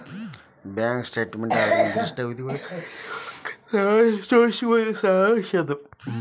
bank statement ಅಂದ್ರ ನಿರ್ದಿಷ್ಟ ಅವಧಿಯೊಳಗ ನಡಸೋ ರೊಕ್ಕದ್ ಸಾರಾಂಶ ತೋರಿಸೊ ಒಂದ್ ಸಾರಾಂಶ್ ಅದ